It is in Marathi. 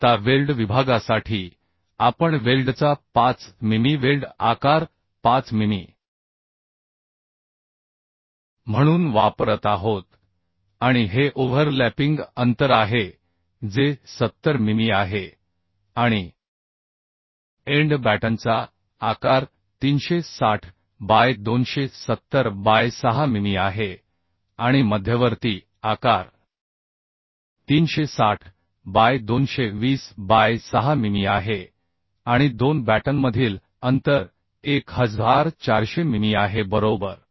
आता वेल्ड विभागासाठी आपण वेल्डचा 5 मिमी वेल्ड आकार 5 मिमी म्हणून वापरत आहोत आणि हे ओव्हरलॅपिंग अंतर आहे जे 70 मिमी आहे आणि एंड बॅटनचा आकार 360 बाय 270 बाय 6 मिमी आहे आणि मध्यवर्ती आकार 360 बाय 220 बाय 6 मिमी आहे आणि 2 बॅटनमधील अंतर 1400 मिमी आहे बरोबर